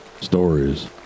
stories